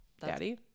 daddy